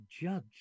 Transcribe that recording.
judge